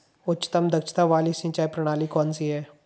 उच्चतम दक्षता वाली सिंचाई प्रणाली कौन सी है?